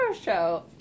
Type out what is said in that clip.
Show